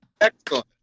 Excellent